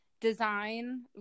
design